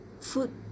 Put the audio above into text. food